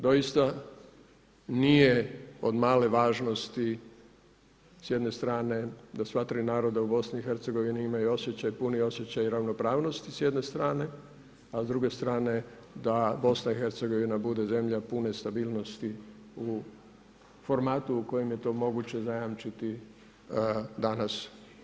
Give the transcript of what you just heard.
Doista nije od male važnost s jedne strane da sva tri naroda u BiH imaju osjećaj, puni osjećaj ravnopravnosti s jedne strane, a s druge strane da BiH bude zemlja pune stabilnosti u formatu u kojem je to moguće zajamčiti danas.